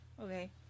Okay